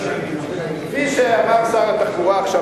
כפי שאמר שר התחבורה עכשיו,